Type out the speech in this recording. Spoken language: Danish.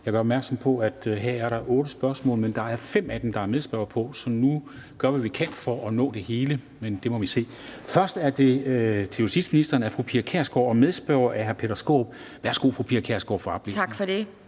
Jeg gør opmærksom på, at der her er otte spørgsmål, men der er fem af dem, der er medspørger på, så nu gør vi, hvad vi kan for at nå det hele, men det må vi se på. Først er det til justitsministeren af fru Pia Kjærsgaard, og medspørger er hr. Peter Skaarup. Kl. 13:20 Spm. nr.